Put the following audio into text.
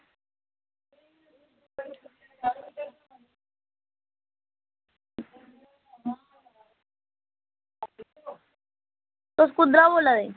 तुस कुद्धरा बोला दे